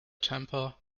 temper